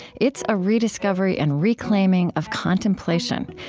it's a rediscovery and reclaiming of contemplation,